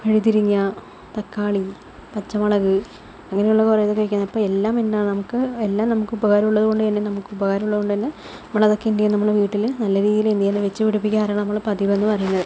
വഴുതനങ്ങ തക്കാളി പച്ചമുളക് അങ്ങനെയുള്ള കുറേ അതൊക്കെ വയ്ക്കുന്നുണ്ട് അപ്പോൾ എല്ലാം എന്താണ് നമുക്ക് എല്ലാം നമുക്ക് ഉപകാരമുള്ളത് കൊണ്ട് തന്നെ നമുക്ക് ഉപകാരമുള്ളത് കൊണ്ട് തന്നെ നമ്മൾ അതൊക്കെ എന്ത് ചെയ്യും നമ്മൾ വീട്ടിൽ നല്ല രീതിയിൽ തന്നെ അത് വച്ച് പിടിപ്പിക്കാറാണ് നമ്മുടെ പതിവെന്ന് പറയുന്നത്